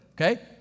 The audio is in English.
okay